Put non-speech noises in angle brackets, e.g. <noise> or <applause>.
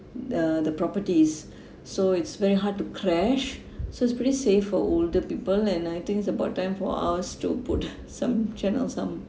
uh the properties <breath> so it's very hard to crash <breath> so it's pretty safe for older people and I think is about time for us to put some channel some